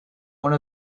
one